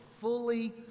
fully